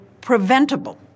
preventable